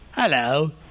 Hello